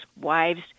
wives